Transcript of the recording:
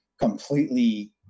completely